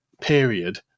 period